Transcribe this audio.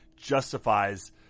justifies